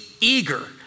eager